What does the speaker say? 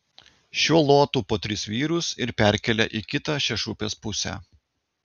šiuo luotu po tris vyrus ir perkelia į kitą šešupės pusę